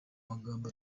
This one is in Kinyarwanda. magambo